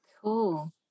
Cool